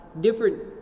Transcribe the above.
different